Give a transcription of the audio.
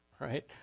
right